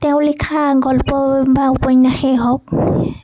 তেওঁ লিখা গল্প বা উপন্যাসেই হওঁক